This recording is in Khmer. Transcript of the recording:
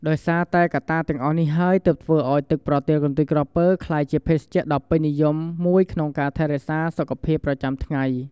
ដោយសារកត្តាទាំងអស់នេះហើយ ទើបធ្វើឲ្យទឹកប្រទាលកន្ទុយក្រពើក្លាយជាភេសជ្ជៈដ៏ពេញនិយមមួយក្នុងការថែរក្សាសុខភាពប្រចាំថ្ងៃ។